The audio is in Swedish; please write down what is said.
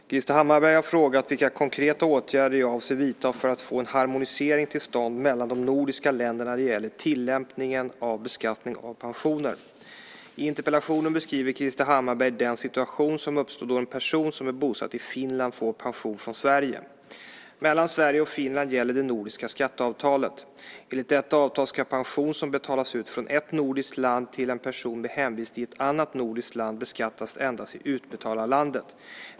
Fru talman! Krister Hammarbergh har frågat vilka konkreta åtgärder jag avser att vidta för att få en harmonisering till stånd mellan de nordiska länderna när det gäller tillämpningen av beskattning av pensioner. I interpellationen beskriver Krister Hammarbergh den situation som uppstår då en person som är bosatt i Finland får pension från Sverige. Mellan Sverige och Finland gäller det nordiska skatteavtalet . Enligt detta avtal ska pension som betalas ut från ett nordiskt land till en person med hemvist i ett annat nordiskt land beskattas endast i utbetalarlandet.